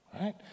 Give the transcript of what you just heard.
right